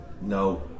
No